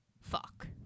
fuck